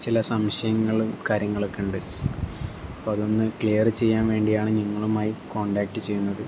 ചില സംശയങ്ങളും കാര്യങ്ങളൊക്കെ ഉണ്ട് അപ്പം അതൊന്ന് ക്ലിയർ ചെയ്യാൻ വേണ്ടിയാണ് നിങ്ങളുമായി കോൺടാക്ട് ചെയ്യുന്നത്